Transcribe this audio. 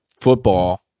football